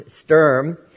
Sturm